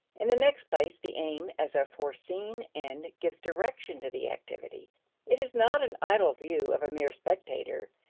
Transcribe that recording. in the next place the aim as a foreseen end gives direction to the activity it is not an idle view of a mere spectator,